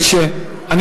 ב-3